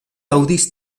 aŭdis